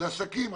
אלה עסקים.